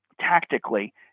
tactically